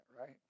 right